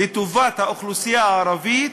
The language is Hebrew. לטובת האוכלוסייה הערבית,